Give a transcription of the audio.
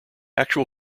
actual